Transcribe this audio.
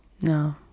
No